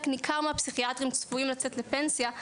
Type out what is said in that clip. ניכר מהפסיכיאטרים צפויים לצאת לפנסיה,